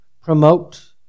promote